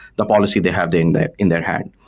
the policy they have in their in their hand.